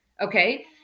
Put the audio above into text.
Okay